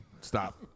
Stop